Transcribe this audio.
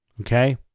Okay